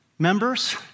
Members